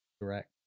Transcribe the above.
correct